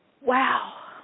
Wow